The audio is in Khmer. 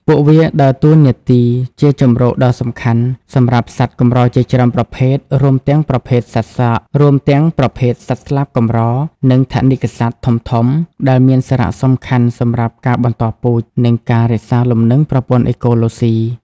ពួកវាដើរតួនាទីជាជម្រកដ៏សំខាន់សម្រាប់សត្វកម្រជាច្រើនប្រភេទ រួមទាំងប្រភេទសត្វស្លាបកម្រ និងថនិកសត្វធំៗ ដែលមានសារៈសំខាន់សម្រាប់ការបន្តពូជ និងការរក្សាលំនឹងប្រព័ន្ធអេកូឡូស៊ី។